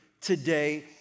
today